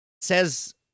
says